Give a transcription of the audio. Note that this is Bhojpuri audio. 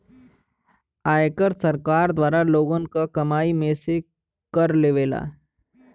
आयकर सरकार द्वारा लोगन क कमाई में से कर लेवला